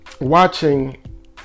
Watching